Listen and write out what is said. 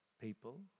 people